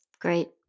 Great